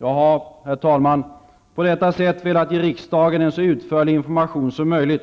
Jag har, herr talman, på detta sätt velat ge riksdagen en så utförlig information som möjligt